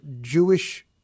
Jewish